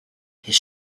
his